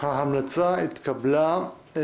אין ההמלצה התקבלה.